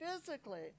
physically